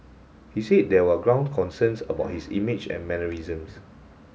he said there were ground concerns about his image and mannerisms